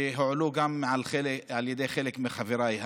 שהועלו גם על ידי חלק מחבריי.